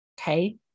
Okay